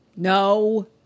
No